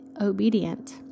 obedient